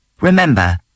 remember